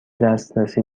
دسترسی